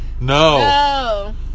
No